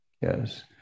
yes